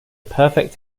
perfect